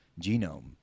genome